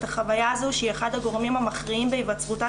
החוויה הזאת שהיא אחד הגורמים המכריעים בהיווצרותה